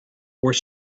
were